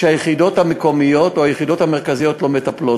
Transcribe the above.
שהיחידות המקומיות או היחידות המרכזיות לא מטפלות.